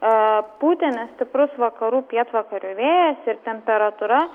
aaa pūtė nestiprus vakarų pietvakarių vėjas ir temperatūra